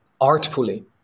artfully